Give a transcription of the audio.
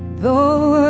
though